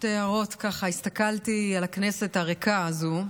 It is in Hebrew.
שתי הערות: הסתכלתי על הכנסת הריקה הזו,